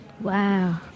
Wow